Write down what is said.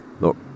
look